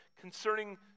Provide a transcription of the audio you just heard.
concerning